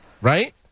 Right